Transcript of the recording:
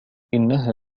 إنها